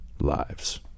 lives